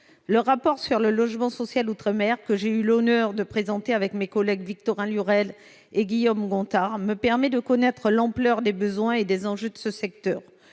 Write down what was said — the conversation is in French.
Le rapport sur le logement social outre-mer, que j'ai eu l'honneur de présenter avec mes collègues Victorin Lurel et Guillaume Gontard, me permet de connaître l'ampleur des besoins et des enjeux de ce secteur.